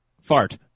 Fart